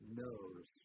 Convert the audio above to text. knows